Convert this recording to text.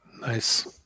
Nice